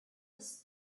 was